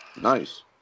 Nice